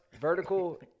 vertical